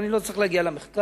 אבל אני לא צריך להגיע למחקר.